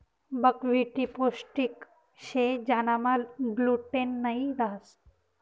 buckwheat पोष्टिक शे ज्यानामा ग्लूटेन नयी रहास